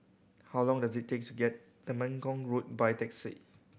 how long does it takes to get Temenggong Road by taxi